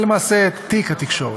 ולמעשה את תיק התקשורת.